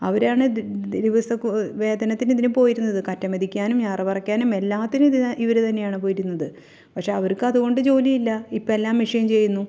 അവരാണ് ദിവസ വേതനത്തിന് ഇതിന് പോയിരുന്നത് കറ്റ മെതിക്കാനും ഞാറ് പറക്കാനും എല്ലാത്തിനും ഇത് ഇവർ തന്നെയാണ് പോയിരുന്നത് പക്ഷെ അവർക്ക് അതുകൊണ്ട് ജോലിയില്ല ഇപ്പം എല്ലാം മെഷീൻ ചെയ്യുന്നു